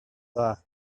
dda